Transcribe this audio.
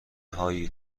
هایی